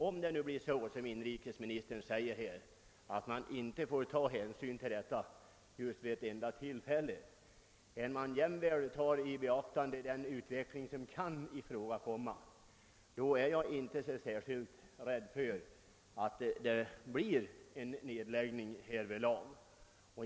Om det emellertid blir så, som inrikesministern nu säger, att man inte får ta hänsyn till reslutatet vid ett enda tillfälle utan jämväl måste beakta den utveckling som kan ifrågakomma, är jag inte särskilt rädd för att det blir en nedläggning i detta fall.